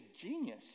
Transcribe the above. genius